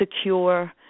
secure